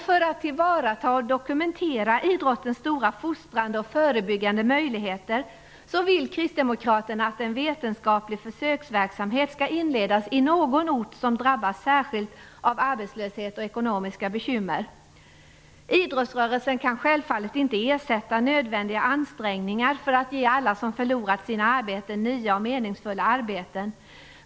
För att tillvarata och dokumentera idrottens stora fostrande och förebyggande möjligheter vill kristdemokraterna att en vetenskaplig försöksverksamhet skall inledas på någon ort som drabbats särskilt av arbetslöshet och ekonomiska bekymmer. Idrottsrörelsen kan självfallet inte ersätta nödvändiga ansträngningar för att ge alla som förlorat sina arbeten nya och meningsfulla arbeten.